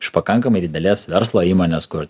iš pakankamai didelės verslo įmonės kur